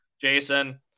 Jason